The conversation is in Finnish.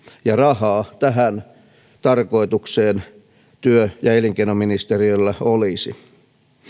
ja rahaa tähän tarkoitukseen työ ja elinkeinoministeriöllä olisi